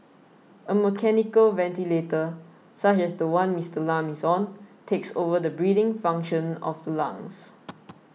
a mechanical ventilator such as the one Mister Lam is on takes over the breathing function of the lungs